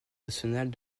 nationale